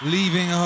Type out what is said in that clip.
Leaving